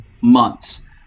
months